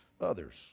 others